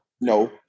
No